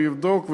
אני אבדוק.